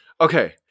Okay